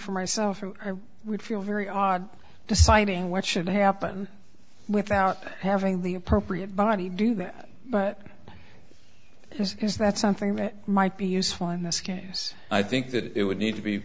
for myself who would feel very odd deciding what should happen without having the appropriate body do that but is that something that might be useful in this case i think that it would need to be